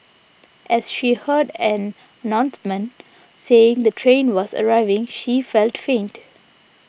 as she heard an announcement saying the train was arriving she felt faint